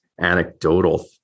anecdotal